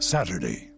Saturday